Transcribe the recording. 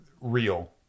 real